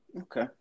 okay